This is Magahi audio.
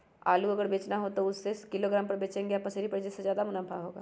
आलू अगर बेचना हो तो हम उससे किलोग्राम पर बचेंगे या पसेरी पर जिससे ज्यादा मुनाफा होगा?